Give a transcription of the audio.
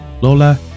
Lola